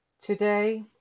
today